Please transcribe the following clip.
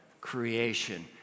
creation